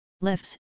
lifts